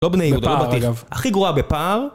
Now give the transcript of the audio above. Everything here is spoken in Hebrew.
לא בני יהודה, לא בטיח, הכי גרועה בפער